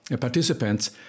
participants